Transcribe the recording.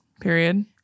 Period